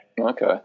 Okay